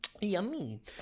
Yummy